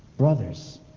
Brothers